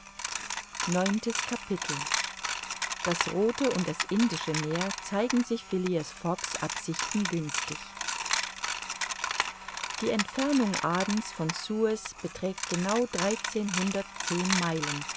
neuntes capitel das rothe und das indische meer zeigen sich phileas fogg's absichten günstig die entfernung adens von suez beträgt genau dreizehnhundertzehn meilen